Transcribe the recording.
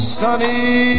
sunny